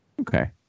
Okay